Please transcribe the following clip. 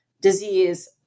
disease